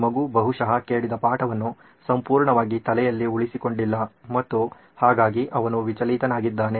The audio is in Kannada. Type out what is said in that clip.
ಈ ಮಗು ಬಹುಶಃ ಕೇಳಿದ ಪಾಠವನ್ನು ಸಂಪೂರ್ಣ ತಲೆಯಲ್ಲಿ ಉಳಿಸಿಕೊಂಡಿಲ್ಲ ಮತ್ತು ಹಾಗಾಗಿ ಅವನು ವಿಚಲಿತನಾಗಿದ್ದಾನೆ